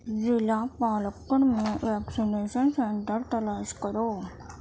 ضلع پالکڑ میں vaccination centre تلاش کرو